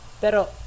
Pero